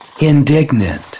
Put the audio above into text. indignant